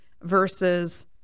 versus